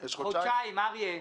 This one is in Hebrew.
חודשיים, אריה.